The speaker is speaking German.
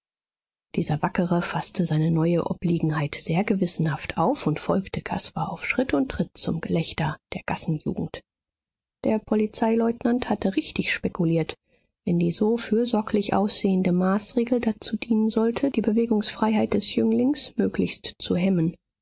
dieser wackere faßte seine neue obliegenheit sehr gewissenhaft auf und folgte caspar auf schritt und tritt zum gelächter der gassenjugend der polizeileutnant hatte richtig spekuliert wenn die so fürsorglich aussehende maßregel dazu dienen sollte die bewegungsfreiheit des jünglings möglichst zu hemmen